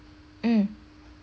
mm